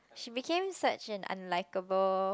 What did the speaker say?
she became such an unlikable